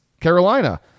Carolina